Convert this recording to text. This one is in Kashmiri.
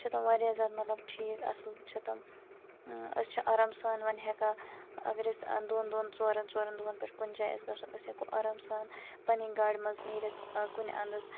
چھ تِم واریاہ زیادٕ مطلب ٹھیٖک اصل چھِ تِم ٲں أسۍ چھِ آرام سان وۄنۍ ہیٚکان اگر أسۍ دۄن دۄن ژورَن ژورَن دۄہَن پٮ۪ٹھ کُنہِ جایہِ آسہِ گَژھُن ٲسۍ ہیٚکو آرام سان پَنٕنۍ گاڑِ مَنٛز نیٖرِتھ ٲں کُنہِ اَندَس